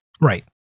right